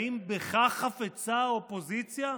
האם בכך חפצה האופוזיציה?